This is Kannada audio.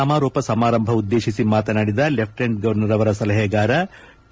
ಸಮಾರೋಪ ಸಮಾರಂಭ ಉದ್ದೇಶಿಸಿ ಮಾತನಾಡಿದ ಲೆಪ್ಟಿನೆಂಟ್ ಗವರ್ನರ್ ಅವರ ಸಲಹೆಗಾರ ಕೆ